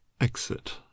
exit